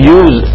use